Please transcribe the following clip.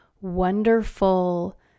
wonderful